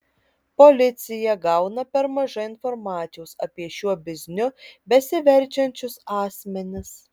policija gauna per mažai informacijos apie šiuo bizniu besiverčiančius asmenis